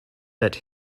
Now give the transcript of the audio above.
that